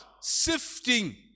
sifting